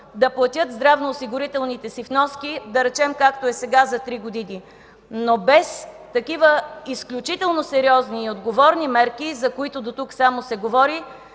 да платят здравноосигурителните си вноски, да речем, както е сега – за три години. Но без такива изключително сериозни и отговорни мерки, за които дотук само се говори,